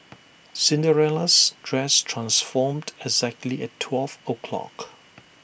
Cinderella's dress transformed exactly at twelve o'clock